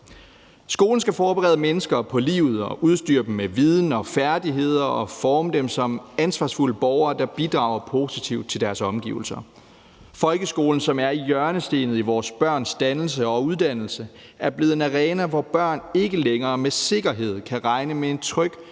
Skolen skal forberede mennesker på livet og udstyre dem med viden og færdigheder og forme dem som ansvarsfulde borgere, der bidrager positivt til deres omgivelser. Folkeskolen, som er hjørnestenen i vores børns dannelse og uddannelse, er blevet en arena, hvor børn ikke længere med sikkerhed kan regne med en tryg